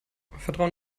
vertrauen